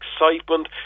excitement